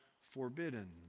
forbidden